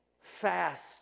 fast